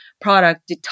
product